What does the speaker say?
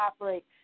operate